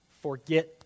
forget